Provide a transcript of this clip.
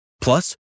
Plus